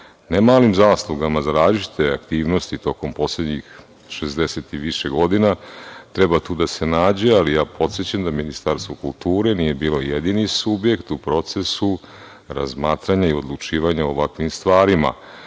ne malim zaslugama za različite aktivnosti tokom poslednjih 60 i više godina treba tu da se nađe, ali ja podsećam da Ministarstvo kulture nije bilo jedini subjekt u procesu razmatranja i odlučivanja o ovakvim stvarima. Da